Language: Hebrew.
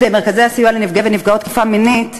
מרכזי הסיוע לנפגעי ונפגעות תקיפה מינית,